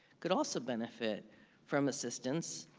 could also benefit from assistance.